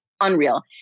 unreal